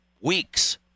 weeks